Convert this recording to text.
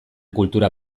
kultura